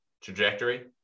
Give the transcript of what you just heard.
trajectory